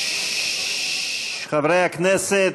חברי הכנסת,